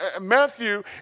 Matthew